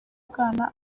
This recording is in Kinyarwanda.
bwana